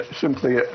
simply